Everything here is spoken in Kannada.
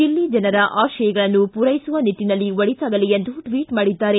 ದಿಲ್ಲಿ ಜನರ ಆಶಯಗಳನ್ನು ಪೂರೈಸುವ ನಿಟ್ಟನಲ್ಲಿ ಒಳಿತಾಗಲಿ ಎಂದು ಟ್ಟಿಟ್ ಮಾಡಿದ್ದಾರೆ